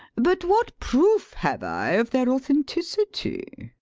but what proof have i of their authenticity?